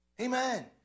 Amen